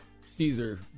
Caesar